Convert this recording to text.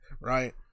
Right